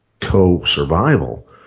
co-survival